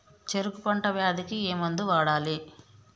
చెరుకు పంట వ్యాధి కి ఏ మందు వాడాలి?